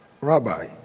Rabbi